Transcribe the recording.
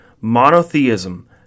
monotheism